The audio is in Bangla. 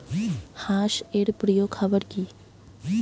হাঁস এর প্রিয় খাবার কি?